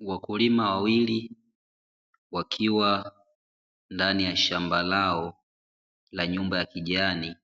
Wakulima wawili wakiwa ndani ya shamba lao la nyumba ya kijani,